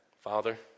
Father